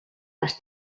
les